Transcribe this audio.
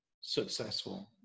successful